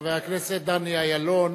חבר הכנסת דני אילון,